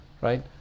right